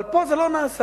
אבל פה זה לא נעשה,